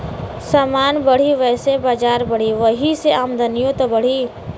समान बढ़ी वैसे बजार बढ़ी, वही से आमदनिओ त बढ़ी